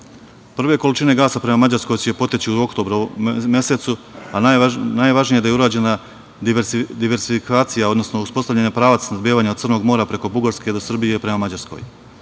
količine gasa prema Mađarskoj će poteći u oktobru mesecu, a najvažnije je da je urađena diverzifikacija, odnosno uspostavljen je pravac snabdevanja od Crnog mora preko Bugarske do Srbije prema Mađarskoj.